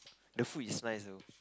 the food is nice though